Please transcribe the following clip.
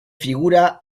figura